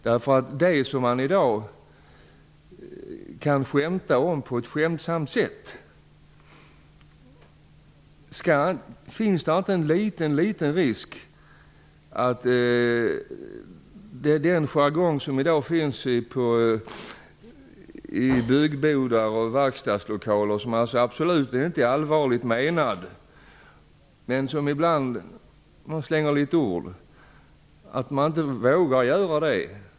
Det finns en liten risk för att man inte vågar skämta på det lättsamma sätt som man gör i dag. Denjargong som finns i byggbodar och verkstadslokaler är absolut inte allvarligt menad, man bollar med ord.